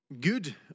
Good